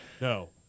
No